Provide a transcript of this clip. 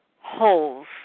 holes